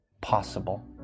possible